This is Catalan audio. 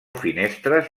finestres